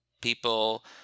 people